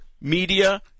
media